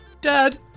Dad